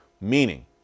Meaning